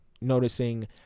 noticing